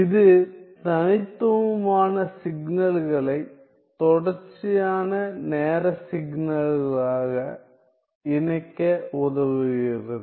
இது தனித்துவமான சிக்னல்களை தொடர்ச்சியான நேர சிக்னல்களாக இணைக்க உதவுகிறது